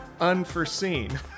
unforeseen